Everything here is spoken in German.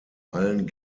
allen